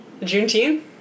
Juneteenth